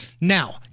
Now